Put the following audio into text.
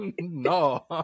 No